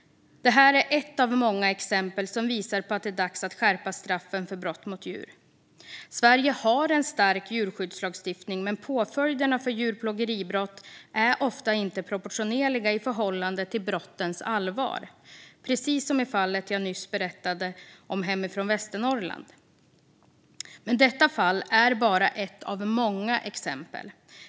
Det här är ett av många exempel som visar på att det är dags att skärpa straffen för brott mot djur. Sverige har en stark djurskyddslagstiftning, men påföljderna för djurplågeribrott är ofta inte proportionerliga i förhållande till brottens allvar - precis som i det fall jag nyss berättade om hemifrån Västernorrland. Detta fall är bara ett av många exempel.